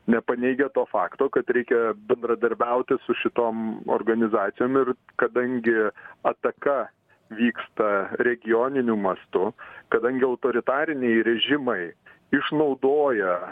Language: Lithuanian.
nepaneigia to fakto kad reikia bendradarbiauti su šitom organizacijom ir kadangi ataka vyksta regioniniu mastu kadangi autoritariniai režimai išnaudoja